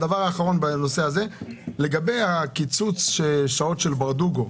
הדבר האחרון, לגבי קיצוץ השעות של ברדוגו,